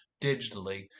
digitally